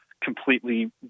completely